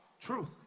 truth